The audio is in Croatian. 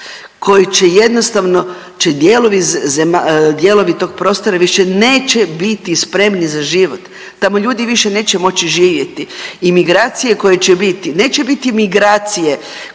.../nerazumljivo/... dijelovi tog prostora više neće biti spremni za život. Tamo ljudi više neće moći živjeti i migracije koje će biti, neće migracije